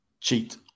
Cheat